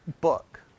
book